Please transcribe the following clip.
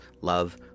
love